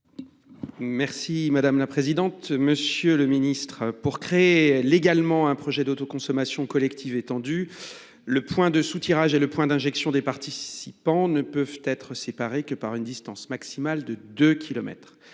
des territoires. Monsieur le ministre, pour créer légalement un projet d’autoconsommation collective étendue, le point de soutirage et le point d’injection des participants ne peuvent être séparés que par une distance maximale de 2